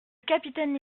capitaine